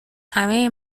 همه